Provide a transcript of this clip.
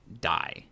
die